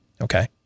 okay